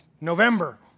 November